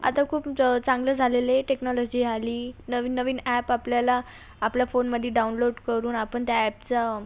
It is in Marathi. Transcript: आता खूप चांगलं झालेलं आहे टेक्नॉलॉजी आली नवीन नवीन ॲप आपल्याला आपल्या फोनमध्ये डाऊनलोड करून आपण त्या ॲपचा